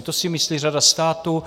To si myslí řada států.